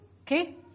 Okay